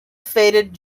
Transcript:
fated